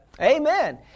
Amen